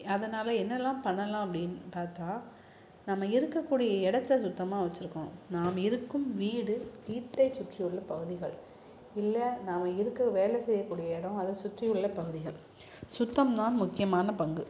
அதனால என்னெல்லாம் பண்ணலாம் அப்படின்னு பார்த்தா நம்ம இருக்கக்கூடிய இடத்த சுத்தமாக வச்சிருக்கணும் நாம் இருக்கும் வீடு வீட்டை சுற்றியுள்ள பகுதிகள் இல்லை நாம் இருக்கற வேலை செய்யக்கூடிய இடம் அதை சுற்றியுள்ள பகுதிகள் சுத்தம் தான் முக்கியமான பங்கு